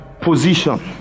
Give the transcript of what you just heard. position